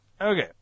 Okay